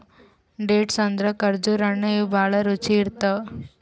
dates ಅಂದ್ರ ಖರ್ಜುರ್ ಹಣ್ಣ್ ಇವ್ ಭಾಳ್ ರುಚಿ ಇರ್ತವ್